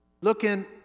looking